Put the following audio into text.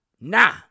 Nah